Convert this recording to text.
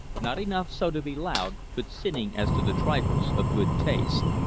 not enough so to be loud, but sinning as to the trifles of good taste.